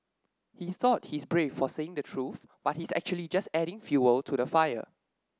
he thought he's brave for saying the truth but he's actually just adding fuel to the fire